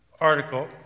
article